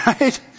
Right